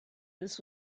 this